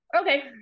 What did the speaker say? Okay